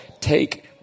take